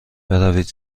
بروید